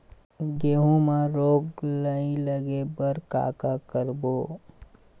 गेहूं म रोग नई लागे बर का का करबो?